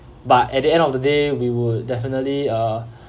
but at the end of the day we will definitely uh